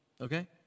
Okay